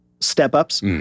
step-ups